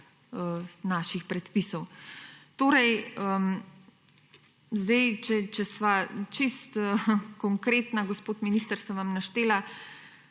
naših predpisov? Če sva zdaj čisto konkretna, gospod minister, sem vam naštela